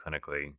clinically